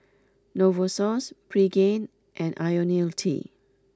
Novosource Pregain and Ionil T